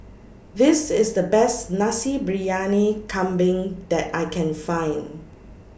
This IS The Best Nasi Briyani Kambing that I Can Find